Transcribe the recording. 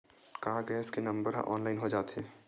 का गैस के नंबर ह ऑनलाइन हो जाथे?